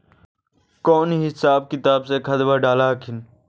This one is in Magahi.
कौन हिसाब किताब से खदबा डाल हखिन?